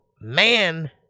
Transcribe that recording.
man